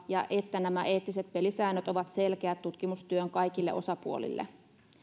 ja että nämä eettiset pelisäännöt ovat selkeät tutkimustyön kaikille osapuolille